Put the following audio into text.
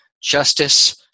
Justice